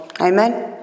amen